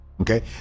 okay